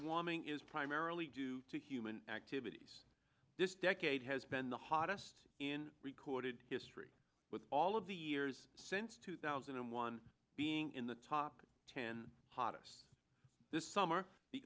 woman is primarily due to human activities this decade has been the hottest in recorded history with all of the years since two thousand and one being in the top ten hottest this summer the